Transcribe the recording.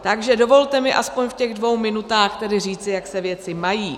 Takže dovolte mi aspoň v těch dvou minutách tedy říci, jak se věci mají.